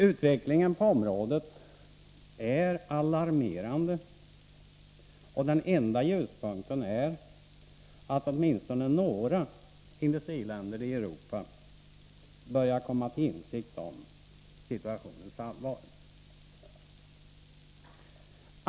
Utvecklingen på området är alarmerande, och den enda ljuspunkten är att åtminstone några industriländer i Europa börjar komma till insikt om situationens allvar.